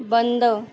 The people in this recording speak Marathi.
बंद